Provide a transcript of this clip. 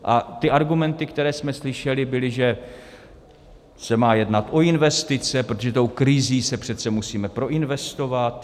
A ty argumenty, které jsme slyšeli, byly, že se má jednat o investice, protože tou krizí se přece musíme proinvestovat.